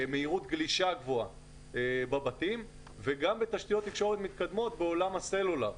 מהירות גלישה גבוהה בבתים וגם בתשתיות תקשורת מתקדמות בעולם הסלולר.